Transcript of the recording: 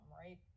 right